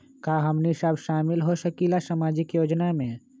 का हमनी साब शामिल होसकीला सामाजिक योजना मे?